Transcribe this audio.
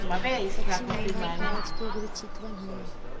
पश्चिम बंगाल का राजकीय वृक्ष चितवन हई